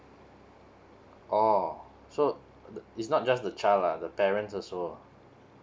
oh so it's not just the child lah the parents also